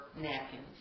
napkins